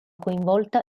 coinvolta